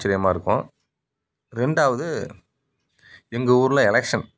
ஆச்சிரியமாக இருக்கும் ரெண்டாவது எங்கள் ஊரில் எலெக்சன்